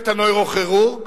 ואת הנוירוכירורג.